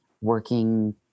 working